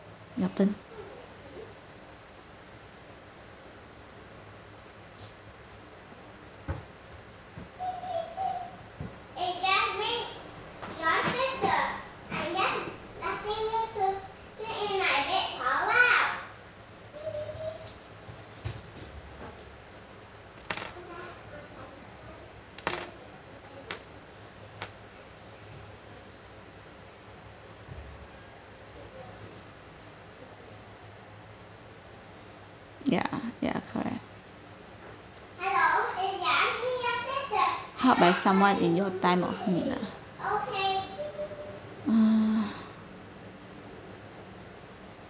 your turn ya ya correct helped by someone in your time of need ah uh